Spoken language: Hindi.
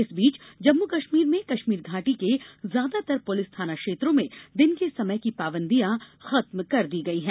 इस बीच जम्मू कश्मीर में कश्मीर घाटी के ज्यादातर पुलिस थाना क्षेत्रों में दिन के समय की पाबंदियां खत्म कर दी गई हैं